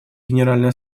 генеральной